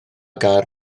gair